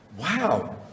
wow